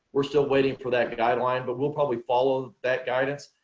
we're still waiting for that guideline but we'll probably follow that guidance.